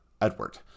Edward